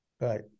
Right